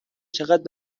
چقد